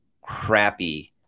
crappy